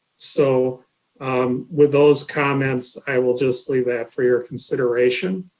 so with those comments, i will just leave that for your consideration.